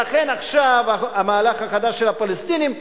לכן, המהלך החדש של הפלסטינים: